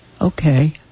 Okay